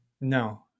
No